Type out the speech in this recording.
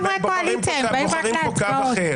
בוחרים פה קו אחר.